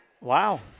Wow